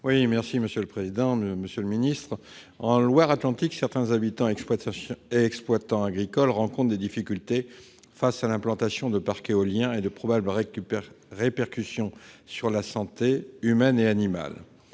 la santé. Monsieur le secrétaire d'État, en Loire-Atlantique, certains habitants et exploitants agricoles rencontrent des difficultés avec l'implantation de parcs éoliens et leurs probables répercussions sur la santé, humaine et animale.